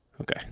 Okay